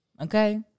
okay